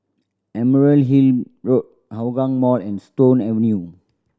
Emerald Hill Road Hougang Mall and Stone Avenue